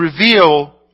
reveal